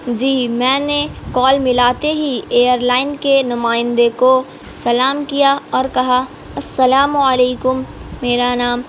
جی میں نے کال ملاتے ہی ایئر لائن کے نمائندے کو سلام کیا اور کہا السلام علیکم میرا نام